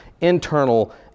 internal